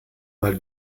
mal